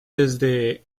desde